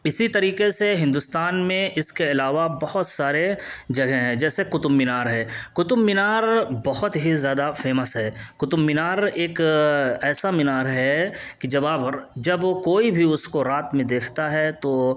اسی طریقے سے ہندوستان میں اس کے علاوہ بہت سارے جگہیں ہیں جیسے قطب مینار ہے قطب مینار بہت ہی زیادہ فیمس ہے قطب مینار ایک ایسا مینار ہے کہ جب جب کوئی بھی اس کو رات میں دیکھتا ہے تو